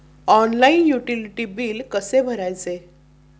Online utility बिले कसे भरायचे?